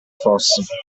fosse